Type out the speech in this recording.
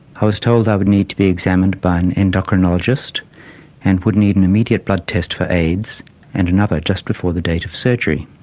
i was told i would need to be examined by an endocrinologist and would need an immediate blood test for aids and another just before the date of surgery.